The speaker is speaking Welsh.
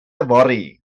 yfory